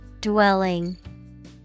Dwelling